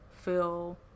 feel